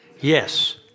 Yes